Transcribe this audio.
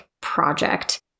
project